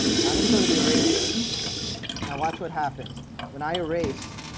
and i'm going to go to the eraser and watch what happens when i race.